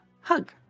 hug